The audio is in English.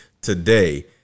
Today